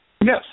Yes